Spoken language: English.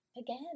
again